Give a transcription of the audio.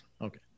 Okay